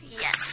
Yes